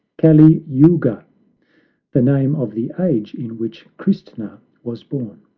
cali-youga the name of the age in which christna was born.